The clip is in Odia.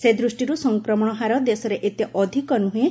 ସେଦୃଷ୍ଟିରୁ ସଂକ୍ରମଣ ହାର ଦେଶରେ ଏତେ ଅଧିକ ନୁହେଁ